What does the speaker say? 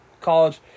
college